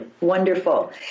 Wonderful